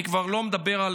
אני כבר לא מדבר על